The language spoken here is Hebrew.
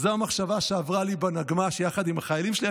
זאת המחשבה שעברה לי בנגמ"ש, יחד עם החברים שלי.